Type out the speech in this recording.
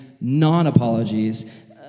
non-apologies